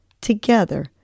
together